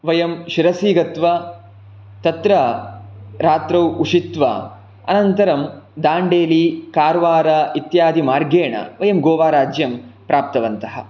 वयं शिरसि गत्वा तत्र रात्रौ उषित्वा अनन्तरं दाण्डेली कार्वार इत्यादि मार्गेण वयं गोवाराज्यं प्राप्तवन्तः